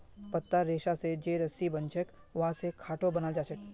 पत्तार रेशा स जे रस्सी बनछेक वहा स खाटो बनाल जाछेक